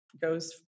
goes